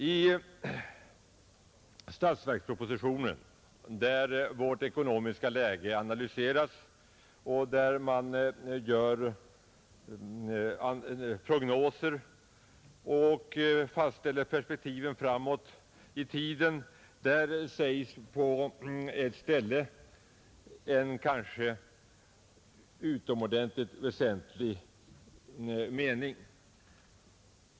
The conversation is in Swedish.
I statsverkspropositionen, där vårt ekonomiska läge analyseras och där man gör prognoser och fastställer perspektivet framåt i tiden, står på ett ställe en utomordentligt väsentlig mening.